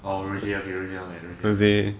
orh rosae rosae I know